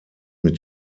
mit